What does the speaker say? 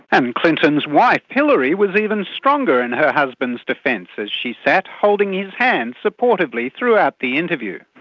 and clinton's wife hillary was even stronger in her husband's defence as she sat holding his hand supportively throughout the interview.